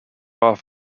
off